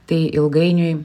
tai ilgainiui